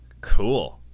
Cool